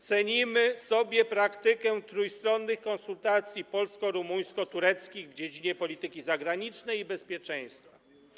Cenimy sobie praktykę trójstronnych konsultacji polsko-rumuńsko-tureckich w dziedzinie polityki zagranicznej i bezpieczeństwa.